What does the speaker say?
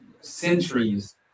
centuries